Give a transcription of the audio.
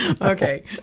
Okay